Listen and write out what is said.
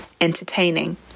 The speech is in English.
entertaining